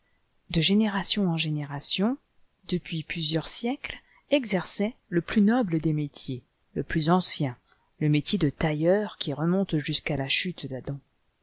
de génération en génération depuis plusieurs siècles exerçait le plus noble des métiers le plus ancien le métier de tailleur qui remonte ju'à la chute d'adam